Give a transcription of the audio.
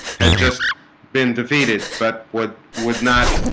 had just been defeated, but what would not?